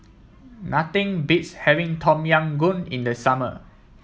nothing beats having Tom Yam Goong in the summer